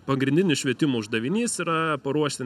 pagrindinis švietimo uždavinys yra paruošti